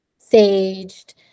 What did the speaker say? saged